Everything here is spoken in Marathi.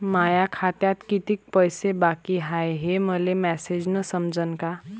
माया खात्यात कितीक पैसे बाकी हाय हे मले मॅसेजन समजनं का?